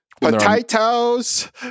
Potatoes